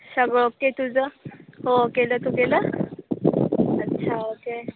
सगळं ओके तुझं हो केलं तु केलं अच्छा ओके